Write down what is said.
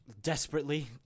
desperately